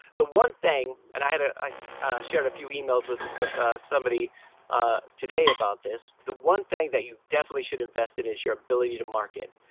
the one thing and i shared a few emails with with somebody today about this, the one thing that you definitely should invest in is your ability to market.